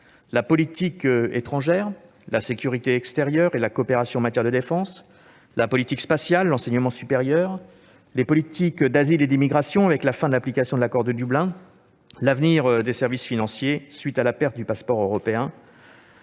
la politique étrangère, la sécurité extérieure et la coopération en matière de défense, la politique spatiale, l'enseignement supérieur, les politiques d'asile et d'immigration avec la fin de l'application de l'accord de Dublin, ainsi que l'avenir des services financiers à la suite de la perte de passeport européen.